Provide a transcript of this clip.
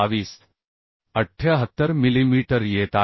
78 millimetre येत आहे